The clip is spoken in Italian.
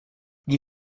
gli